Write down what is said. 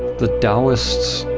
the taoists,